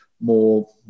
more